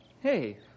Hey